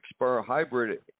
hybrid